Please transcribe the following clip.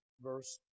Verse